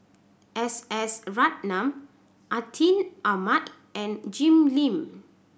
S S Ratnam Atin Amat and Jim Lim